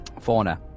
Fauna